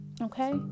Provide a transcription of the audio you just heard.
Okay